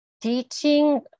teaching